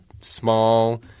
small